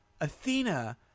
Athena